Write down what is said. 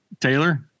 Taylor